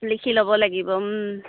লিখি ল'ব লাগিব